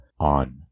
On